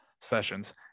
sessions